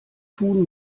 tun